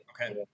Okay